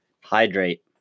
Hydrate